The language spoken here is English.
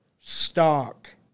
stock